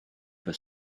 for